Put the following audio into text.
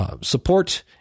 support